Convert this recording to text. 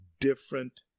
different